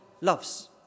loves